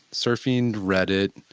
surfing reddit,